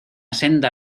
senda